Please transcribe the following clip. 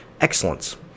excellence